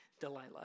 Delilah